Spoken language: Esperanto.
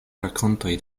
rakontoj